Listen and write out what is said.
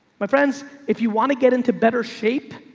my friends, if you want to get into better shape,